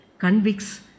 convicts